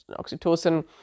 oxytocin